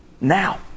now